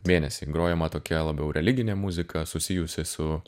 mėnesį grojama tokia labiau religinė muzika susijusi su